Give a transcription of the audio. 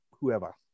whoever